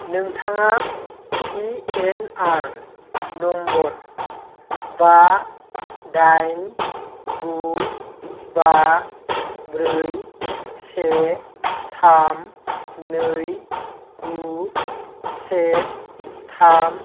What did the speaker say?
नोंथाङा P N R number बा दाइन गु बा ब्रै से थाम नै गु से थाम